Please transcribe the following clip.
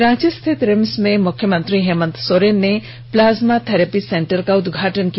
रांची स्थित रिम्स में मुख्यमंत्री हेमंत सोरेन ने प्लाज्मा थेरेपी सेंटर का उदघाटन किया